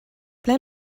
ble